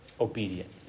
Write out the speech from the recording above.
obedient